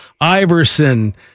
Iverson